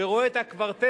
ורואה את הקוורטט